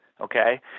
okay